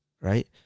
Right